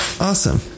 Awesome